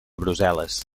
brussel·les